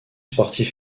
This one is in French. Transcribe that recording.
sportive